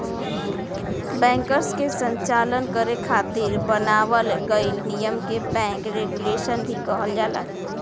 बैंकसन के संचालन करे खातिर बनावल गइल नियम के बैंक रेगुलेशन भी कहल जाला